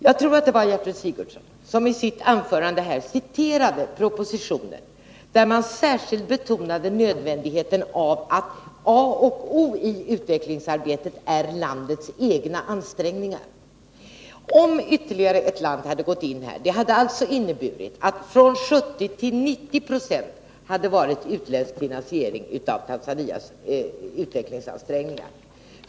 Jag tror att det var Gertrud Sigurdsen som i sitt anförande citerade ur propositionen, där man särskilt betonar att A och Oi utvecklingsarbetet måste vara landets egna ansträngningar. Om ytterligare ett land hade gått in, skulle det ha inneburit att mellan 70 och 90 96 av Tanzanias utvecklingsansträngningar skulle ha finansierats med utländskt kapital.